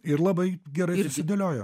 ir labai gerai susidėliojo